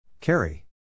Carry